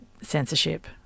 censorship